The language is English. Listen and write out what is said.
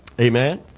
Amen